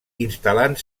instal·lant